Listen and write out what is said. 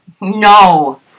No